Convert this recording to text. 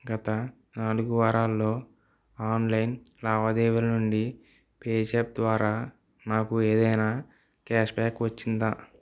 గత నాలుగు వారాల్లో ఆన్లైన్ లావాదేవీలు నుండి పేజాప్ ద్వారా నాకు ఏదైనా క్యాష్ బ్యాక్ వచ్చిందా